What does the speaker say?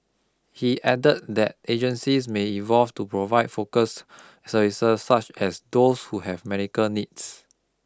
he added that agencies may evolve to provide focus services such as those who have medical needs